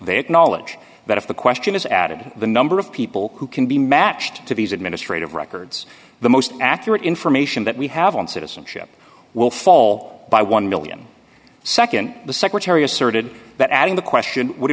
acknowledge that if the question is added the number of people who can be matched to these administrative records the most accurate information that we have on citizenship will fall by one million second the secretary asserted that adding the question would